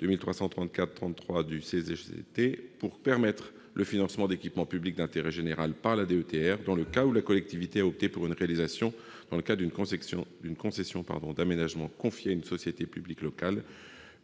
2334-33 du CGCT pour permettre le financement d'équipements publics d'intérêt général par la DETR dans le cas où la collectivité a opté pour une réalisation dans le cadre d'une concession d'aménagement confiée à une société publique locale,